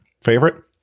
favorite